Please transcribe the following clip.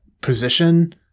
position